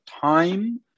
time